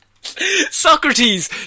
Socrates